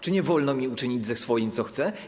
Czy nie wolno mi uczynić ze swoim, co chcę?